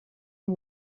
who